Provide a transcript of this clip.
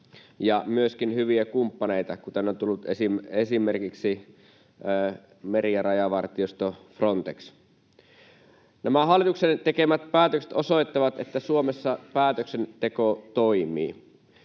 ja myöskin hyviä kumppaneita, kuten on tullut esille, esimerkiksi meri- ja rajavartiosto Frontex. Nämä hallituksen tekemät päätökset osoittavat, että Suomessa päätöksenteko toimii.